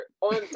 on